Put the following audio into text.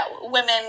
women